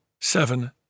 seven